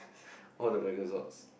all the Megazords